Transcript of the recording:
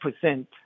percent